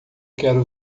quero